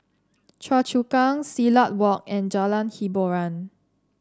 Choa Chu Kang Silat Walk and Jalan Hiboran